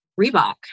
Reebok